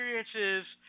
experiences